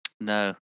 No